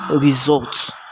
results